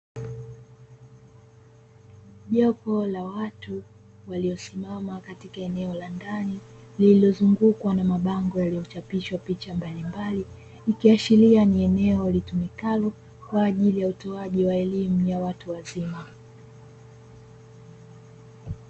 Jopo la watu waliyosimama katika eneo la ndani, lililozungukwa na mabango yaliyochapishwa picha mbalimbali ikiashiria ni eneo litumikalo kwa ajili ya utoaji wa elimu ya watu wazima.